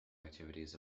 activities